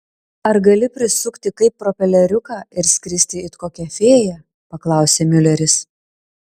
ar gali prisukti kaip propeleriuką ir skristi it kokia fėja paklausė miuleris